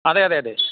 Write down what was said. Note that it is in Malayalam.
അതെ അതെ അതെ